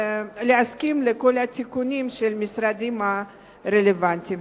להסכים לכל התיקונים של המשרדים הרלוונטיים.